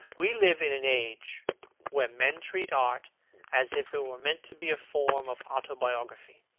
we live in an age when men treat art as if it were meant to be a form of autobiography.